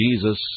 Jesus